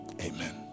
amen